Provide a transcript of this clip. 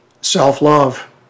self-love